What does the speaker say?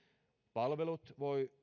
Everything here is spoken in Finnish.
palvelut